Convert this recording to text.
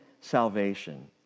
salvation